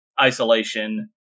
isolation